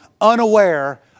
unaware